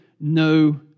no